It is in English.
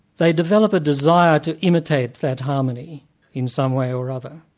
they develop a desire to imitate that harmony in some way or other.